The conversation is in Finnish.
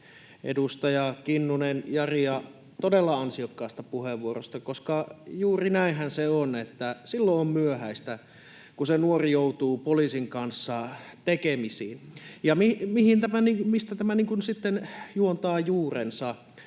edustaja Jari Kinnusta todella ansiokkaasta puheenvuorosta, koska juuri näinhän se on, että silloin on myöhäistä, kun nuori joutuu poliisin kanssa tekemisiin. Ja mistä tämä sitten juontaa juurensa?